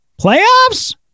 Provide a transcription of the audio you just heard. Playoffs